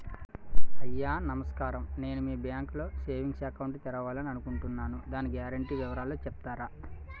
అయ్యా నమస్కారం నేను మీ బ్యాంక్ లో సేవింగ్స్ అకౌంట్ తెరవాలి అనుకుంటున్నాను దాని గ్యారంటీ వివరాలు చెప్తారా?